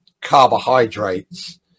carbohydrates